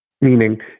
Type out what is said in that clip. Meaning